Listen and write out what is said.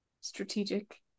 strategic